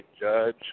judge